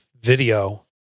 video